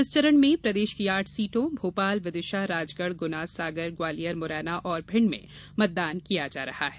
इस चरण में प्रदेश की आठ सीटों भोपाल विदिशा राजगढ गुना सागर ग्वालियर मुरैना और भिण्ड में मतदान किया जा रहा है